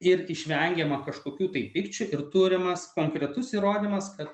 ir išvengiama kažkokių tai pykčių ir turimas konkretus įrodymas kad